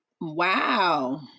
Wow